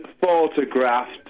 photographed